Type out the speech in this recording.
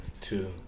two